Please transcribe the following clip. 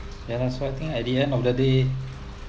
ya lah so I think at the end of the day